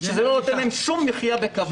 שזה לא נותן להם שום מחיה בכבוד.